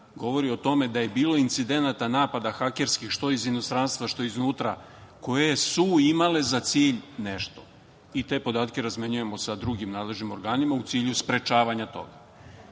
govori o tome da je bilo incidenata napada hakerskih, što iz inostranstva, što iznutra, koje su imale za cilj nešto. Te podatke razmenjujemo sa drugim nadležnim organima, u cilju sprečavanja toga.